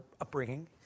upbringing